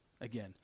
Again